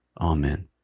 Amen